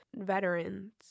veterans